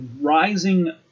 rising